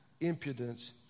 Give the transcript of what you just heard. impudence